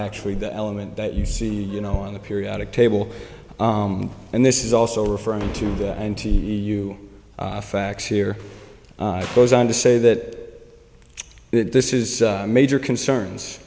actually the element that you see you know on the periodic table and this is also referring to the anti you facts here goes on to say that this is major concerns